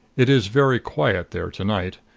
it is very quiet there to-night,